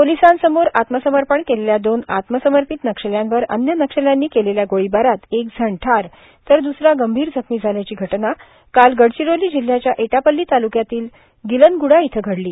पोलिसांसमोर आत्मसमर्पण केलेल्या दोन आत्मसमर्पित नक्षल्यांवर अन्य नक्षल्यांनी केलेल्या गोळीबारात एक जण ठार तर दुसरा गंभीर जखमी झाल्याची घटना काल गडचिरोली जिल्ह्याच्या एटापल्ली तालुक्यातील गिलनगुडा इथं घडली